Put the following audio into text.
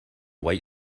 white